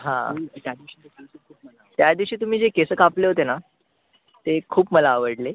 हां त्या दिवशी तुमी जे केस कापले होते ना ते खूप मला आवडले